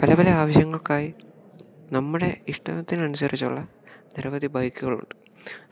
പല പല ആവശ്യങ്ങൾക്കായി നമ്മുടെ ഇഷ്ടത്തിനനുസരിച്ചുള്ള നിരവധി ബൈക്കുകളുണ്ട്